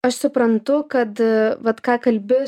aš suprantu kad vat ką kalbi